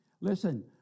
Listen